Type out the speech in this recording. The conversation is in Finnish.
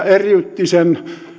eriytti sen